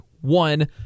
one